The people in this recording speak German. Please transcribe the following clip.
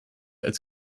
als